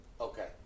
Okay